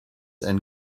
and